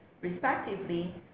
respectively